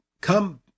come